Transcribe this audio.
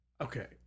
Okay